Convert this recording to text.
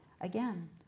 again